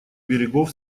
берегов